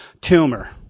tumor